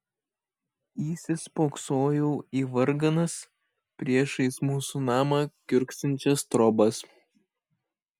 įsispoksojau į varganas priešais mūsų namą kiurksančias trobas